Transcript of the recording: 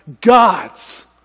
God's